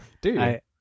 Dude